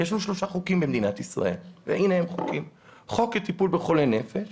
יש לנו שלושה חוקים במדינת ישראל: חוק טיפול בחולי נפש,